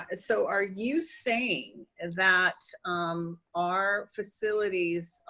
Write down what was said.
ah so are you saying that um our facilities,